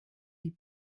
die